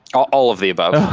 all all of the above